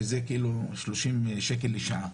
שזה 30 שקל לשעה?